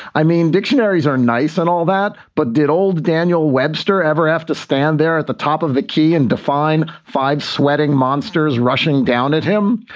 i mean, dictionaries are nice and all that. but did old daniel webster ever have to stand there at the top of the key and define five sweating monsters rushing down at him?